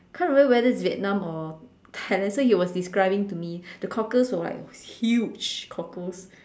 can't remember whether it was Vietnam or Thailand so he was describing to me the cockles were like huge cockles